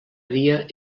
dia